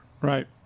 Right